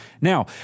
Now